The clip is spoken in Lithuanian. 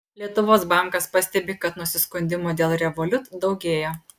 lietuvos bankas pastebi kad nusiskundimų dėl revolut daugėja